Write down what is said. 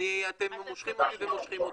ואתם מושכים אותי ומושכים אותי.